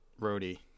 roadie